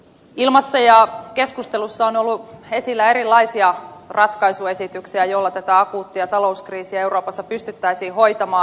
ilmassa ja keskustelussa on ollut esillä erilaisia ratkaisuesityksiä joilla tätä akuuttia talouskriisiä euroopassa pystyttäisiin hoitamaan